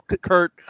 Kurt